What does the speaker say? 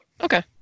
Okay